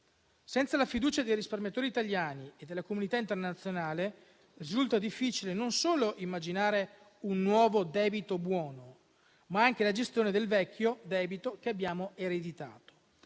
Senza la fiducia dei risparmiatori italiani e della comunità internazionale risulta difficile non solo immaginare un nuovo debito buono, ma anche la gestione del vecchio debito che abbiamo ereditato.